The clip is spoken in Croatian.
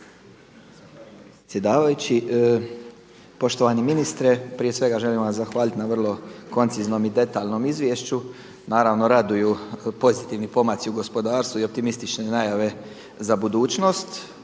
predsjedavajući. Poštovani ministre, prije svega želim vam zahvaliti na vrlo konciznom i detaljnom izvješću, naravno raduju pozitivni pomaci u gospodarstvu i optimistične najave za budućnost,